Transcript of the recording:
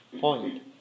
point